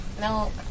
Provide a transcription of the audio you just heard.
no